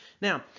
Now